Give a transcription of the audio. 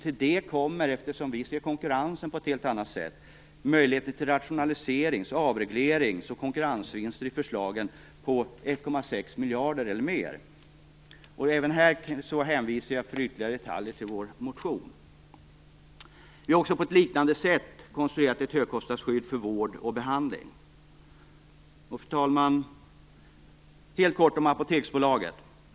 Till detta kommer ytterligare 1,6-1,8 miljarder i rationaliserings-, avreglerings och konkurrensvinster enligt förslagen i vår motion, som jag hänvisar till för övriga detaljer. På liknande sätt har vi konstruerat ett högskostnadsskydd för vård och behandling. Fru talman! Helt kort om Apoteksbolaget.